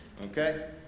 Okay